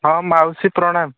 ହଁ ମାଉସୀ ପ୍ରଣାମ